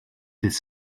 dydd